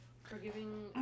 Forgiving